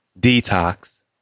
Detox